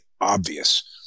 obvious